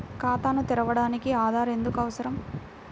ఖాతాను తెరవడానికి ఆధార్ ఎందుకు అవసరం?